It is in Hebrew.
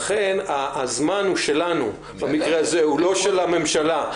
לכן, הזמן הוא שלנו במקרה הזה ולא של הממשלה.